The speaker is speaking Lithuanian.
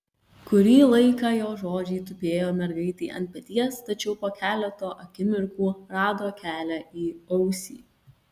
kurį laiką jo žodžiai tupėjo mergaitei ant peties tačiau po keleto akimirkų rado kelią į ausį